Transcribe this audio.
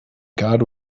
god